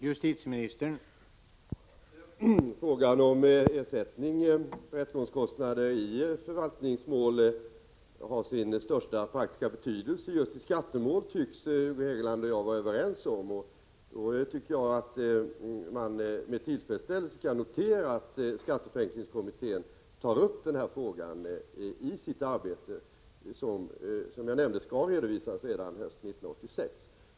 Herr talman! Hugo Hegeland och jag tycks vara överens om att frågan om ersättning för rättegångskostnader i förvaltningsmål har sin största praktiska betydelse just i skattemål. Jag tycker att man med tillfredsställelse skall notera att skatteförenklingskommittén tar upp frågan i sitt arbete som, så som jag nämnde, skall redovisas redan hösten 1986.